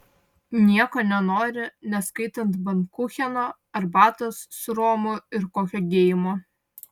nieko nenori neskaitant bankucheno arbatos su romu ir kokio geimo